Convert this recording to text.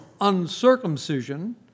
uncircumcision